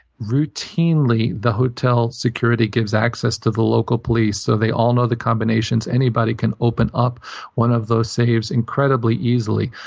routinely the hotel security gives access to the local police. so they all know the combinations, and anybody can open up one of those saves incredibly easily.